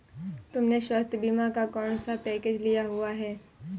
तुमने स्वास्थ्य बीमा का कौन सा पैकेज लिया हुआ है?